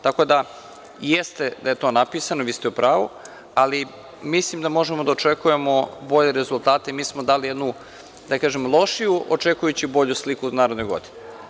Tako da, jeste da je to napisano, vi ste u pravu, ali mislim da možemo da očekujemo bolje rezultate i mi smo dali jednu lošiju, očekujući bolju sliku od naredne godine.